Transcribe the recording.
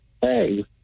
hey